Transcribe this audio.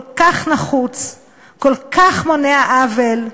כל כך נחוץ וכל כך מונע עוול.